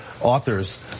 authors